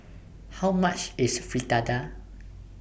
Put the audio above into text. How much IS Fritada